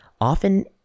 often